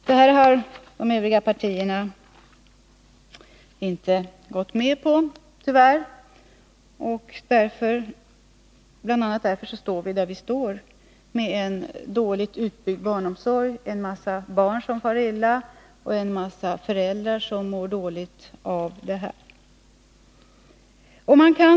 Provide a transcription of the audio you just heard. Det här har tyvärr de Övriga partierna inte gått med på, och bl.a. därför står vi där vi står med en dåligt utbyggd barnomsorg, en massa barn som far illa och en massa föräldrar som mår dåligt av detta.